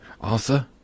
Arthur